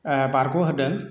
बारग' होदों